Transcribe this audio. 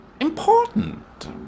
important